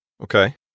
Okay